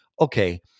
okay